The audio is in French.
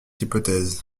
hypothèse